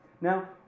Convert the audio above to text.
Now